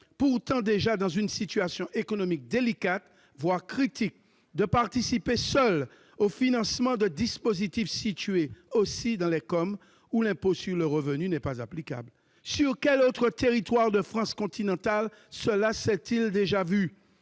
pourtant déjà dans une situation économique délicate, voire critique, de participer seuls au financement de dispositifs situés aussi dans les COM, où l'impôt sur le revenu n'est pas applicable ? Sur quel territoire de France continentale cela s'est-il déjà vu ?